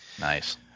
Nice